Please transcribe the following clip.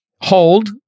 hold